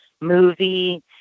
movie